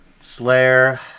Slayer